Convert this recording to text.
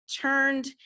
turned